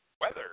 Weather